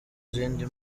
zindi